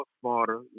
smarter